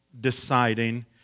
deciding